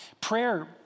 Prayer